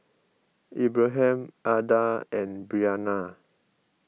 Abraham Ada and Brianna